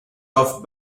off